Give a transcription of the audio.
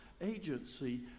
agency